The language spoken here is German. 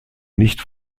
nicht